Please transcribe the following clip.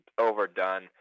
overdone